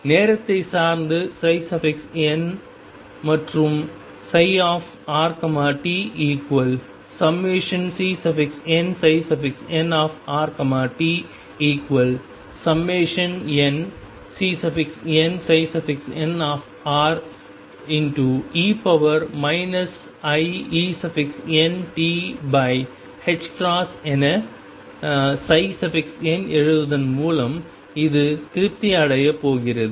நேரத்தை சார்ந்து n's மற்றும் rt∑CnnrtnCnnre iEntஎன n எழுதுவதன் மூலம் இது திருப்தி அடையப் போகிறது